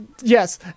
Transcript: yes